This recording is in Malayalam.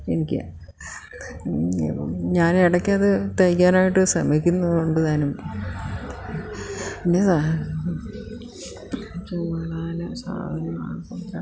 എനിക്ക് ഞാൻ ഇടയ്ക്ക് അത് തൈക്കാനായിട്ട് ശ്രമിക്കുന്നുണ്ടുതാനും എന്നതാ സാധനമാണ് കൊണ്ട്